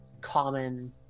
common